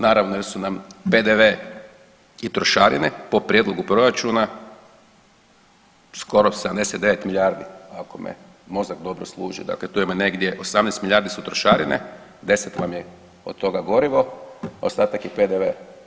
Naravno jer su nam PDV i trošarine po prijedlogu proračuna skoro 79 milijardi ako me mozak dobro služi, dakle tu ima negdje 18 milijardi su trošarine, 10 nam je od toga gorivo, ostatak je PDV.